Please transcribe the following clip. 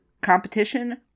competition